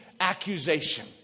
accusation